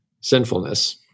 sinfulness